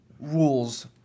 Rules